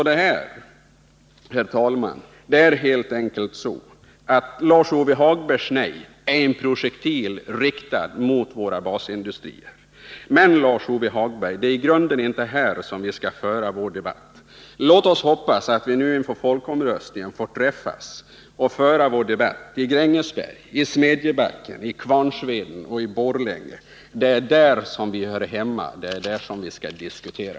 Det är alltså helt enkelt så att Lars-Ove Hagbergs nej innebär en projektil som riktas mot våra basindustrier. Men, Lars-Ove Hagberg, det är inte här vi skall föra vår debatt. Låt oss hoppas att vi inför folkomröstningen får träffas och föra vår debatt i Grängesberg, i Smedjebacken, i Kvarnsveden och i Borlänge. Det är där vi hör hemma, och det är där vi skall diskutera.